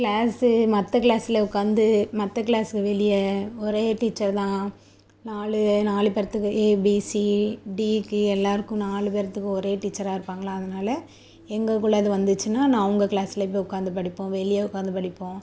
class மற்ற க்ளாஸில் உட்காந்து மற்ற க்ளாஸுக்கு வெளியே ஒரே டீச்சர் தான் நாலு நாலு பேத்துக்கு ஏ பி சி டிக்கு எல்லோருக்கும் நாலு பேத்துக்கும் ஒரே டீச்சராக இருப்பாங்களா அதனால் எங்களுக்குள்ள எது வந்துச்சுன்னால் நான் அவங்க க்ளாஸில் போய் உட்காந்து படிப்போம் வெளியே உட்காந்து படிப்போம்